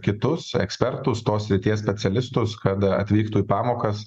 kitus ekspertus tos srities specialistus kad atvyktų į pamokas